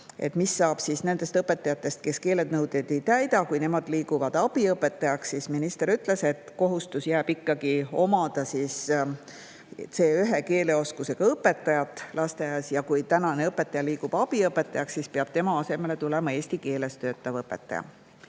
mis saab nendest õpetajatest, kes keelenõudeid ei täida, kui nemad liiguvad abiõpetajaks. Minister ütles, et kohustus omada C1 keeleoskusega õpetajat lasteaias ikkagi jääb. Kui tänane õpetaja liigub abiõpetajaks, siis peab tema asemele tulema eesti keeles töötav õpetaja.